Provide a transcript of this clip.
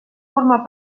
formar